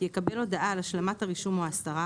יקבל הודעה על השלמת הרישום או ההסרה,